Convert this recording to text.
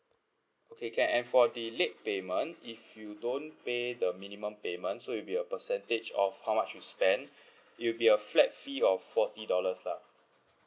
okay can and for the late payment if you don't pay the minimum payment so it'll be a percentage of how much you spend it'll be a flat fee of forty dollars lah